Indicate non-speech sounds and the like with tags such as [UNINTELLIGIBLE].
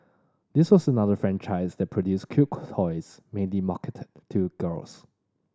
this was another franchise that produced cute [UNINTELLIGIBLE] toys mainly marketed to girls